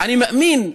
אני מאמין,